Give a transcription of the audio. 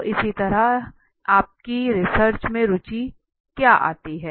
तो इसी तरह आपकी रिसर्च में रुचि क्या आती है